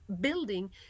building